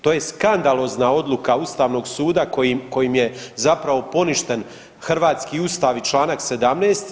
To je skandalozna odluka Ustavnog suda kojim, kojim je zapravo poništen hrvatski Ustav i Članak 17.